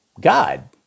God